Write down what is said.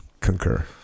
Concur